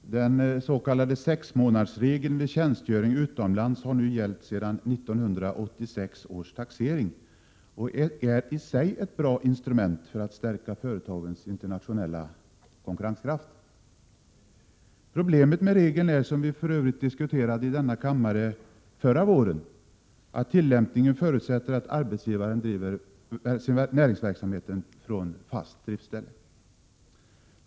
Fru talman! Den s.k. sexmånadersregeln vid tjänstgöring utomlands har nu gällt sedan 1986 års taxering och är i sig ett bra instrument för att stärka företagens internationella konkurrenskraft. Problemet med regeln är, som vi för övrigt diskuterade i denna kammare förra våren, att tillämpningen förutsätter att arbetsgivaren driver näringsverksamhet från fast driftställe.